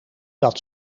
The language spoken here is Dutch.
dat